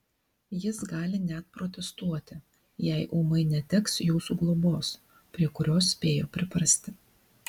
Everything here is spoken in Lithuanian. jis gali net protestuoti jei ūmai neteks jūsų globos prie kurios spėjo priprasti